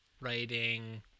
writing